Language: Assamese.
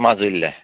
মাজুলীলৈ